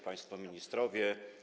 Państwo Ministrowie!